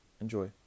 Enjoy